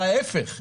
ואפילו ההפך,